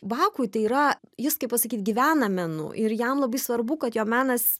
bakui tai yra jis kaip pasakyt gyvena menu ir jam labai svarbu kad jo menas